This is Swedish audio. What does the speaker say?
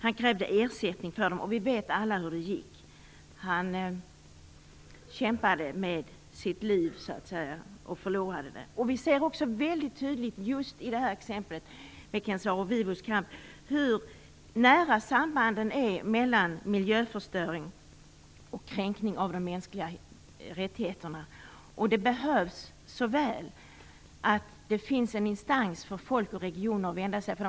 Han krävde ersättning för dem, och vi vet alla hur det gick. Han kämpade med sitt liv som insats, och han förlorade det. Vi ser i exemplet med Ken Saro-Wiwas kamp också hur nära sambanden mellan miljöförstöring och kränkning av de mänskliga rättigheterna är. Det är ett stort behov av en instans för folk och regioner att vända sig till.